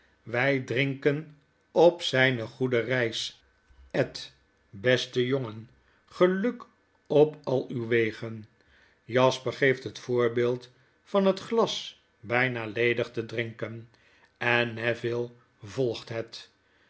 wij drinken op zyne goede reis ed beste jongen geluk op al uw wegen jasper geeft het voorbeeld van het glas byna ledig te drinken en neville volgt het